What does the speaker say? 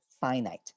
finite